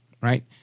Right